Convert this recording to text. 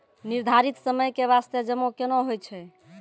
निर्धारित समय के बास्ते जमा केना होय छै?